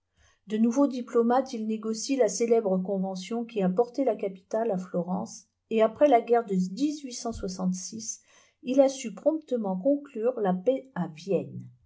de nouveau diplomate il négocie la célèbre convention qui a porté la capitale à florence et après la guerre de il a su promptement conclure la paix à vienne